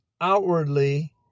outwardly